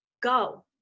go